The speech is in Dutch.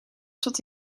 tot